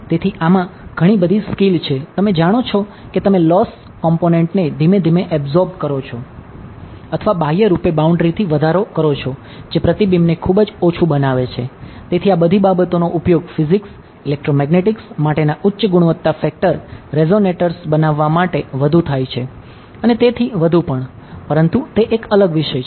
તેથી આમાં ઘણી બધી સ્કિલ છે તમે જાણો છો કે તમે લોસ કોમ્પોનેંટને ધીમે ધીમે એબ્સોર્બ કરો છો અથવા બાહ્ય રૂપે બાઉન્ડ્રી બનાવવા માટે વધુ થાય છે અને તેથી વધુ પણ પરંતુ તે એક અલગ વિષય છે